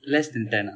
less than ten[ah]